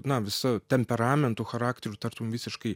na visa temperamentu charakteriu tartum visiškai